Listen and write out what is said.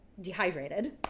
dehydrated